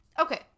Okay